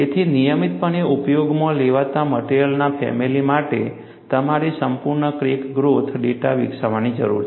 તેથી નિયમિતપણે ઉપયોગમાં લેવાતા મટેરીઅલના ફેમિલી માટે તમારે સંપૂર્ણ ક્રેક ગ્રોથ ડેટા વિકસાવવાની જરૂર છે